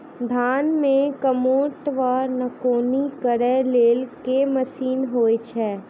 धान मे कमोट वा निकौनी करै लेल केँ मशीन होइ छै?